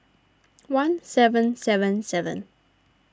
one seven seven seven